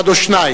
אחד או שניים.